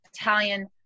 Italian